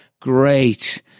Great